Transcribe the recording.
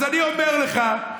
אז אני אומר לך,